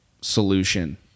solution